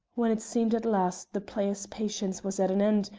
when it seemed at last the player's patience was at an end,